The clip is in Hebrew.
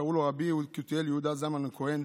קראו לו רבי יקותיאל יהודה זלמן כהן,